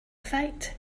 fight